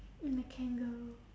mm the kangaroo